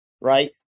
right